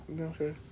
Okay